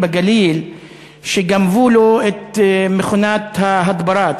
בגליל שגנבו לו את מכונת ההדברה,